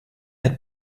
had